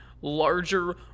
larger